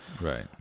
Right